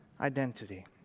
identity